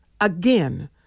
again